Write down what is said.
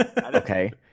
Okay